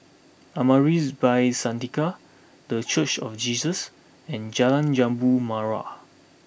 Amaris By Santika the Church of Jesus and Jalan Jambu Mawar